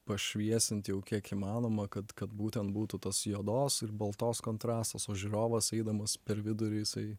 pašviesint jau kiek įmanoma kad kad būtent būtų tos juodos ir baltos kontrastas o žiūrovas eidamas per vidurį jisai